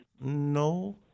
No